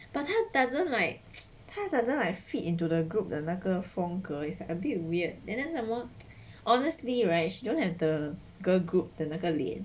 把他 doesn't like 他 doesn't like fit into the group 的那个佛各 is a bit weird then 那个什么 honestly right you don't have the girl group 的那个脸